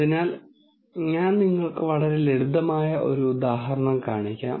അതിനാൽ ഞാൻ നിങ്ങൾക്ക് വളരെ ലളിതമായ ഒരു ഉദാഹരണം കാണിക്കാം